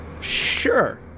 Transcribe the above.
Sure